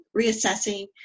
reassessing